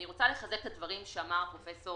אני רוצה לחזק את הדברים שאמר פרופסור